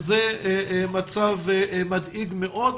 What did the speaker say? זה מצב מדאיג מאוד,